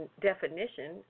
definition